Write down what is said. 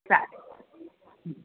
चालेल